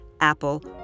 Apple